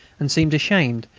and seemed ashamed,